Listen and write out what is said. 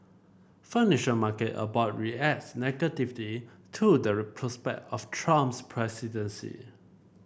financial market abroad reacts negativity to the prospect of Trump's presidency